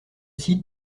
sites